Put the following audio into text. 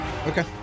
Okay